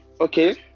Okay